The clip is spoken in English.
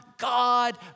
God